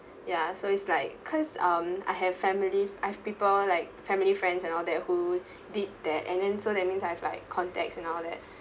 ya so it's like because um I have family I've people like family friends and all that who did that and then so that means I have like contacts and all that